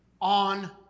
on